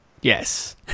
yes